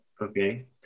Okay